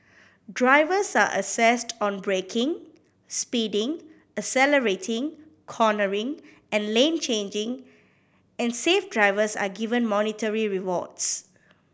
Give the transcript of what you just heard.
drivers are assessed on braking speeding accelerating cornering and lane changing and safe drivers are given monetary rewards